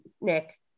Nick